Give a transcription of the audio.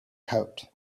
coat